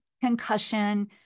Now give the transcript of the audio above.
concussion